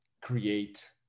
create